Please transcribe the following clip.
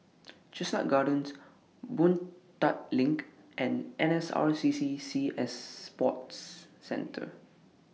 Chestnut Gardens Boon Tat LINK and N S R C C Sea Sports Centre